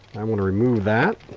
i want to remove that.